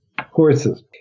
horses